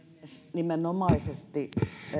nimenomaisesti